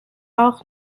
auch